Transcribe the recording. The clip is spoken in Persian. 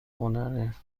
هنرپیشه